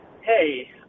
hey